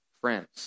friends